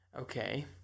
okay